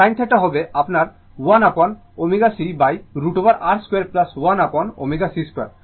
আর sin θ হবে আপনার 1 upon ω c √ over R 2 1 upon ω c 2